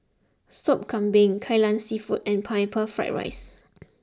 Sop Kambing Kai Lan Seafood and Pineapple Fried Rice